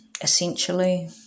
essentially